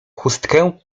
chustkę